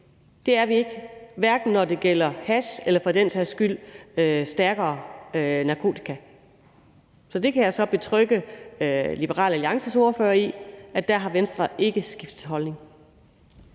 Det er vi ikke, hverken når det gælder hash eller for den sags skyld stærkere narkotika. Så det kan jeg betrygge Liberal Alliances ordfører i. Der har Venstre ikke skiftet holdning.